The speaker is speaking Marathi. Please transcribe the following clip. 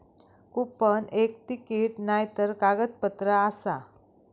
कुपन एक तिकीट नायतर कागदपत्र आसा